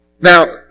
Now